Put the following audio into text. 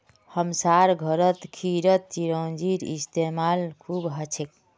हमसार घरत खीरत चिरौंजीर इस्तेमाल खूब हछेक